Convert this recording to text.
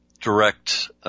direct –